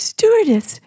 Stewardess